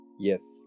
yes